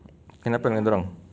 kenapa dengan dia orang